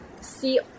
see